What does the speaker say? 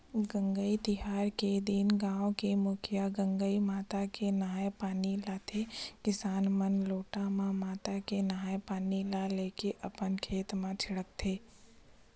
गंगई तिहार के दिन गाँव के मुखिया गंगई माता के नंहाय पानी लाथे किसान मन लोटा म माता के नंहाय पानी ल लेके अपन खेत म छींचथे